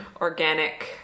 organic